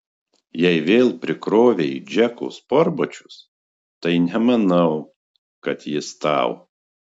jei vėl prikrovei į džeko sportbačius tai nemanau kad jis tau